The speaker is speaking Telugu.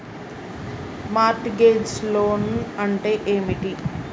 మార్ట్ గేజ్ లోన్ అంటే ఏమిటి?